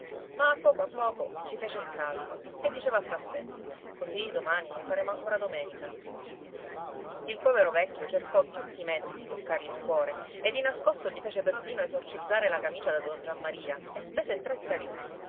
ma a poco a poco ci fece il callo e diceva fra di sé così domani faremo ancora domenica il povero vecchio cercò tutti i mezzi di toccargli il cuore e di nascosto gli fece persino esorcizzare la camicia da don giammaria e spese tre tarì